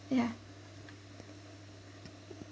ya